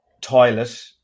toilet